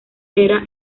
era